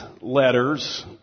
letters